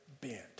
bent